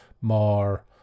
more